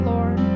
Lord